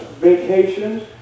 vacations